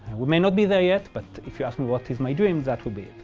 we may not be there yet, but if you ask me what is my dream that will be.